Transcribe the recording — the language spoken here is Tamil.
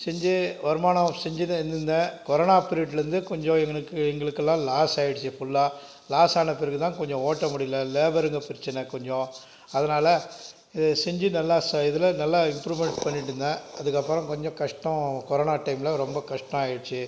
செஞ்சு வருமானம் செஞ்சுன்னு இருந்தேன் கொரோனா பீரியட்லேருந்து கொஞ்சம் எங்களுக்கு எங்களுக்கெல்லாம் லாஸ் ஆகிடிச்சி ஃபுல்லாக லாஸ் ஆன பிறகு தான் கொஞ்சம் ஓட்ட முடியல லேபருங்கள் பிரச்சின கொஞ்சம் அதனால் இதை செஞ்சு நல்லா ச இதில் நல்லா இம்ப்ரூவ்மெண்ட் பண்ணிகிட்ருந்தேன் அதுக்கப்புறம் கொஞ்சம் கஷ்டம் கொரோனா டைமில் ரொம்ப கஷ்டம் ஆகிடுச்சி